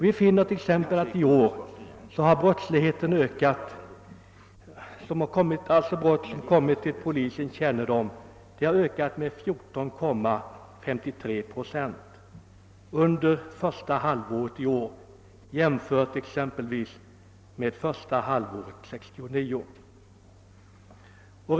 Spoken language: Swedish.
Vi finner t.ex att antalet brott som kommit till polisens kännedom ökat med 14,3 procent under första halvåret 1970 jämfört med första halvåret 1969.